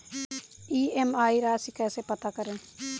EMI राशि कैसे पता करें?